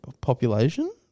population